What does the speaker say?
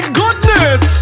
goodness